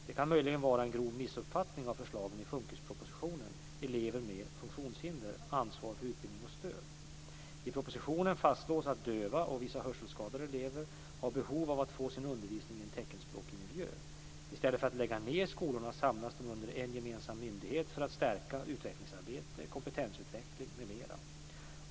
Det kan möjligen vara en grov missuppfattning av förslagen i FUNKIS propositionen Elever med funktionshinder - ansvar för utbildning och stöd. I propositionen fastslås att döva och vissa hörselskadade elever har behov av att få sin undervisning i en teckenspråkig miljö. I stället för att lägga ned skolorna samlar vi dem under en gemensam myndighet för att stärka utvecklingsarbete, kompetensutveckling m.m.